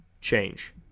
change